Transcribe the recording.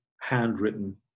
handwritten